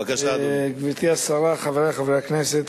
גברתי השרה, חברי חברי הכנסת,